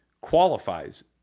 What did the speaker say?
qualifies